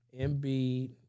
Embiid